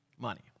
Money